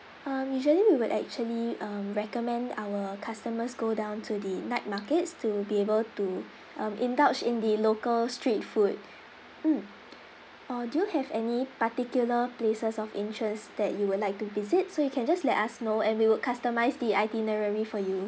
um usually we will actually um recommend our customers go down to the night markets to be able to um indulge in the local street food mm or do you have any particular places of interest that you would like to visit so you can just let us know and we would customise the itinerary for you